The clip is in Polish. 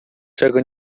czego